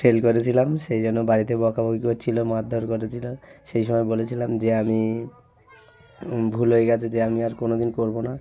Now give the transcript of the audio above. fail করেছিলাম সেই জন্য বাড়িতে বকাবকি করছিলো মারধোর করেছিলো সেই সময় বলেছিলাম যে আমি ভুল হয়ে গেছে যে আমি আর কোনোদিন করবো না